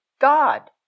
God